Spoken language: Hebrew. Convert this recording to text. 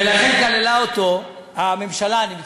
ולכן, כללה אותו, הממשלה, אני מתכוון,